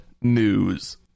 news